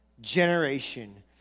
generation